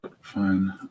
Fine